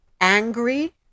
angry